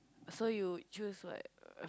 so you choose what uh